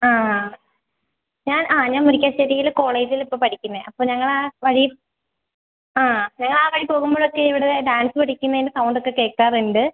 ആ ഞാൻ ആ ഞാൻ മുരിക്കാശ്ശേരിയിൽ കോളേജിൽ ഇപ്പോൾ പഠിക്കുന്നതാണ് അപ്പം ഞങ്ങൾ ആ വഴിയിൽ ആ ഞങ്ങൾ ആ വഴി പോകുമ്പോഴൊക്കെ ഇവിടെ ഡാൻസ് പഠിക്കുന്നതിൻ്റെ സൗണ്ടൊക്കെ കേൾക്കാറുണ്ട്